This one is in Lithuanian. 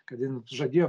kad jin žadėjo